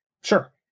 sure